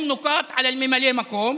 היו להם נקודות על הממלא מקום,